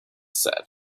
said